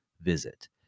visit